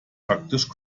praktisch